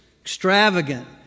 extravagant